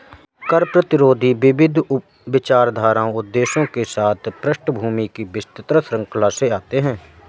कर प्रतिरोधी विविध विचारधाराओं उद्देश्यों के साथ पृष्ठभूमि की विस्तृत श्रृंखला से आते है